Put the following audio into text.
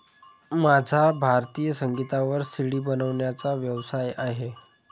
माझा भारतीय संगीतावर सी.डी बनवण्याचा व्यवसाय आहे